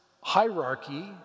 hierarchy